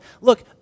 look